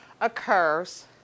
occurs